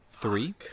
Three